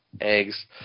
eggs